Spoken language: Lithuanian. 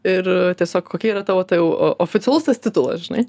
ir tiesiog kokia yra tavo ta jau o oficialusis titulas žinai